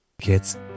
Kids